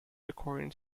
according